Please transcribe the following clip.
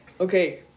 okay